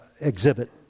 exhibit